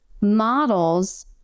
models